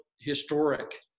historic